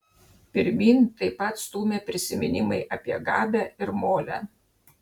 pirmyn taip pat stūmė prisiminimai apie gabę ir molę